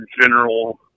general